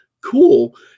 cool